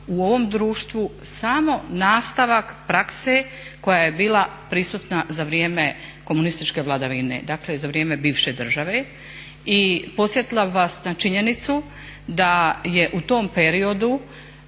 u ovom društvu samo nastavak prakse koja je bila prisutna za vrijeme komunističke vladavine, dakle za vrijeme bivše države. I podsjetila bih vas na činjenicu da je u tom periodu